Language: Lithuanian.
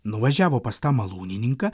nuvažiavo pas tą malūnininką